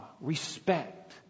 Respect